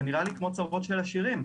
זה נראה לי כמו צרות של עשירים.